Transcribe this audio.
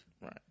Right